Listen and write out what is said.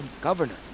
governor